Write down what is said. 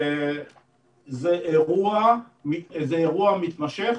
זה אירוע מתמשך